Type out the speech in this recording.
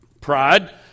Pride